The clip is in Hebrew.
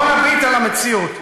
בואו נביט על המציאות,